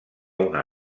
una